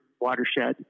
watershed